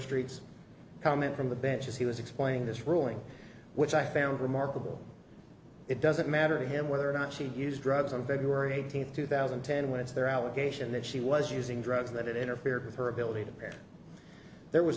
streets coming from the bench as he was explaining this ruling which i found remarkable it doesn't matter to him whether or not she used drugs on feb eighteenth two thousand and ten when it's their allegation that she was using drugs that it interfered with her ability to parent there was